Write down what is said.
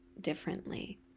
differently